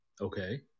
Okay